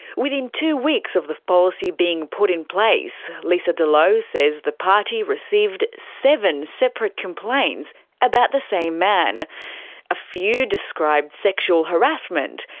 within two weeks of the policy being put in place, lesa de leau says the party received seven separate complaints about the same man a few described sexual harassment,